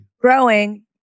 growing